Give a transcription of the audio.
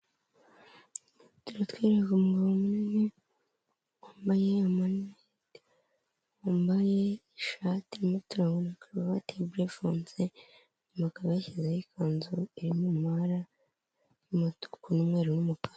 Bari kutwereka umugabo munini wambaye amarinete, wambaye ishati irimo uturonko na karuvati imbere ifunze, inyuma akaba yashyizeho ikanzu iri mu mabara y'umutuku, n'umweru n'umukara.